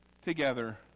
together